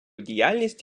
діяльність